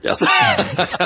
Yes